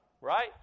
Right